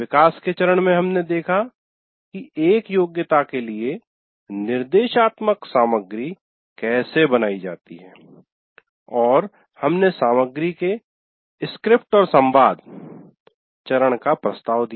विकास के चरण में हमने देखा कि एक योग्यता के लिए निर्देशात्मक सामग्री कैसे बनाई जाती है और हमने सामग्री के "स्क्रिप्ट और संवाद" चरण का प्रस्ताव दिया